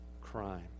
crime